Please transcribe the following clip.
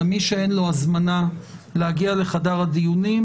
מי שאין לו הזמנה להגיע לחדר הדיונים,